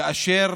כאשר